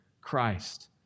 Christ